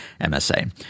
MSA